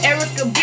Erica